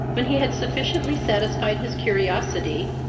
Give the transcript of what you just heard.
when he had sufficiently satisfied his curiosity,